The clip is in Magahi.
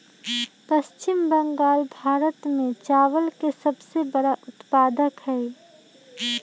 पश्चिम बंगाल भारत में चावल के सबसे बड़ा उत्पादक हई